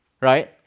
right